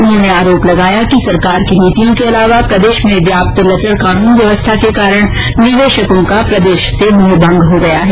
उन्होंने आरोप लगाया कि सरकार की नीतियों के अलावा प्रदेष में व्याप्त लचर कानून व्यवस्था के कारण निवेषकों का प्रदेष से मोहभंग हो गया है